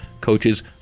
coaches